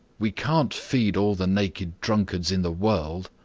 we can't feed all the naked drunkards in the world.